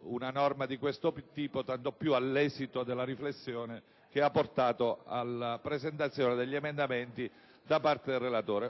una norma di questo tipo, tanto più all'esito della riflessione che ha portato alla presentazione degli emendamenti da parte del relatore.